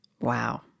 Wow